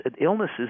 illnesses